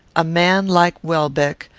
a man like welbeck,